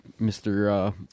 Mr